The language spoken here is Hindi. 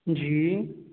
जी